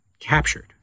captured